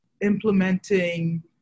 implementing